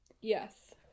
Yes